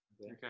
Okay